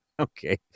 Okay